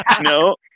No